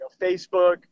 Facebook